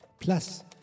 Plus